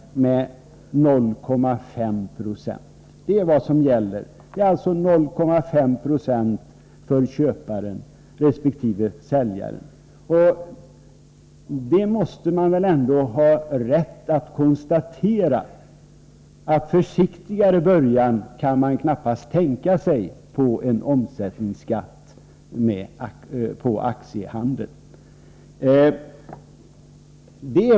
Den procentsatsen är vad som gäller för köparen resp. säljaren. Man måste väl ha rätt att konstatera att man knappast kan tänka sig en försiktigare början när det gäller omsättningsskatten på aktiehandeln.